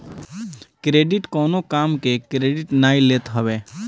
credit कवनो काम के क्रेडिट नाइ लेत हवे